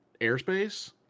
airspace